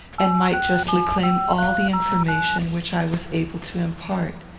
and might justly claim all the information which i was able to impart.